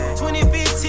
2015